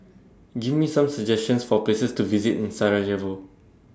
Give Me Some suggestions For Places to visit in Sarajevo